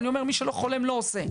אני אומר, מי שלא חולם לא עושה.